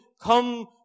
come